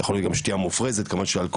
יכול להיות גם שתיה מופרזת אלכוהול,